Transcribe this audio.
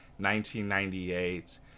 1998